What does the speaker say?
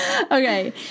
Okay